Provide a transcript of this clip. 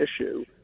issue